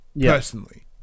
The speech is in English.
personally